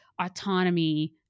autonomy